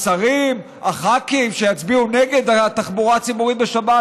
השרים והח"כים שיצביעו נגד התחבורה הציבורית בשבת